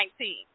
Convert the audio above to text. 2019